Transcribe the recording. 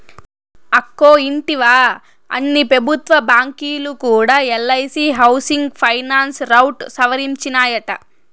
అక్కో ఇంటివా, అన్ని పెబుత్వ బాంకీలు కూడా ఎల్ఐసీ హౌసింగ్ ఫైనాన్స్ రౌట్ సవరించినాయట